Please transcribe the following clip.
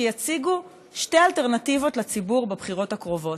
שיציגו שתי אלטרנטיבות לציבור בבחירות הקרובות: